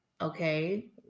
okay